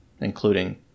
including